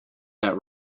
that